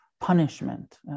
punishment